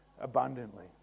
abundantly